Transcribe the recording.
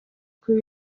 kuri